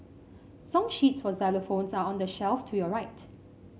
song sheets for xylophones are on the shelf to your right